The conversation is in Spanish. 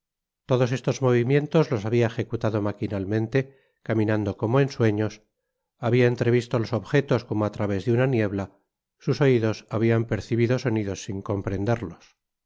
todos estos movimientos los habia ejecutado maquinalmente caminando como en sueños habia entrevisto los objetos como á través de una niebla sus oidos habian percibido sonidos sin comprenderlos